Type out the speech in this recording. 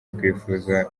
twifuza